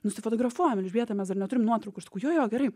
nusifotografuojam elžbieta mes dar neturim nuotraukų aš sakau jo jo gerai